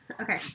Okay